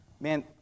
man